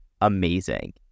amazing